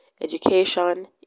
education